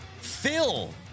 Phil